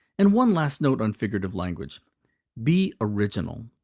and one last note on figurative language be original.